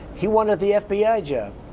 he wanted the fbi yeah job!